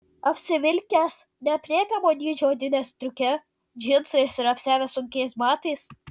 apsivilkęs neaprėpiamo dydžio odine stiuke džinsais ir apsiavęs sunkiais batais